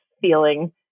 feeling